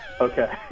Okay